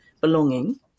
belonging